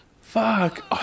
Fuck